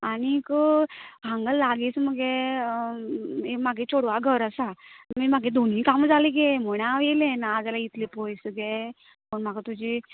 आनीक हांगा लागींच मगे मागे चेडवा घर आसा मागी मगे दोनूय कामां जालीं गे म्हण हांव येलें नाजाल्यार इतले पयस गे पूण म्हाका तुजी